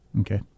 Okay